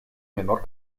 menor